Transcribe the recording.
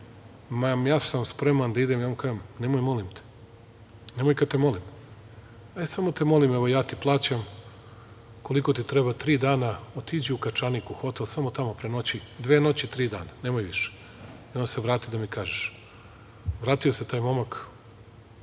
ja sam spreman da idem i ja mu kažem – nemoj, molim te, nemoj kada te molim, ali samo te molim, evo, ja ti plaćam, koliko ti treba, tri dana, otiđi u Kačanik, u hotel i samo tamo prenoći, dve noći i tri dana, nemoj više i onda se vrati da mi kažeš. Vratio se taj momak,